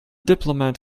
diplomat